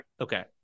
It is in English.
Okay